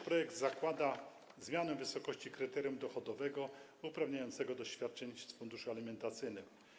Projekt zakłada także zmianę wysokości kryterium dochodowego uprawniającego do świadczeń z funduszu alimentacyjnego.